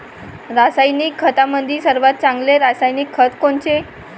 रासायनिक खतामंदी सर्वात चांगले रासायनिक खत कोनचे?